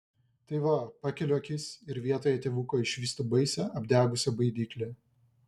tai va pakeliu akis ir vietoj tėvuko išvystu baisią apdegusią baidyklę